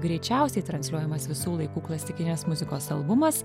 greičiausiai transliuojamas visų laikų klasikinės muzikos albumas